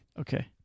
Okay